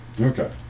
Okay